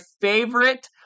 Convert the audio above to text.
favorite